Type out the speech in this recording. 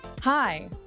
Hi